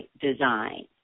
design